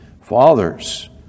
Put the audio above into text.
Fathers